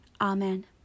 Amen